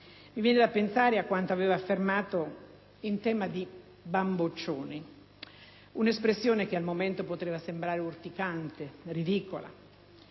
Mi viene da pensare a quanto aveva affermato in tema di "bamboccioni": un'espressione che al momento poteva sembrare urticante e ridicola